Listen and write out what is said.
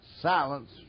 silence